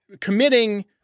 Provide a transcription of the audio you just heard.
committing